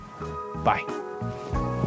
Bye